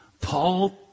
Paul